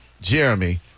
Jeremy